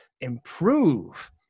improve